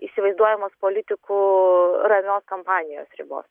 įsivaizduojamos politikų ramios kampanijos ribos